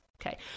Okay